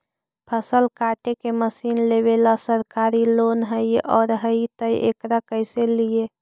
फसल काटे के मशीन लेबेला सरकारी लोन हई और हई त एकरा कैसे लियै?